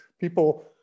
people